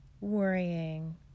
worrying